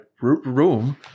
room